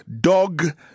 dog